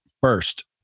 first